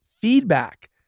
feedback